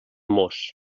mos